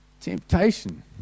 Temptation